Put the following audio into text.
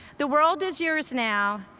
the world is yours now,